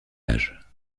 âge